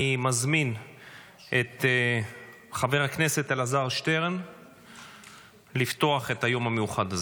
אני מזמין את חבר הכנסת אלעזר שטרן לפתוח את היום הזה.